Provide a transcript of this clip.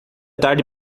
tarde